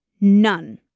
none